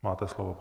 Máte slovo.